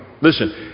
Listen